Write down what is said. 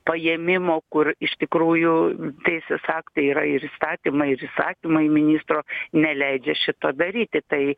paėmimo kur iš tikrųjų teisės aktai yra ir įstatymai ir įsakymai ministro neleidžia šito daryti tai